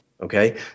okay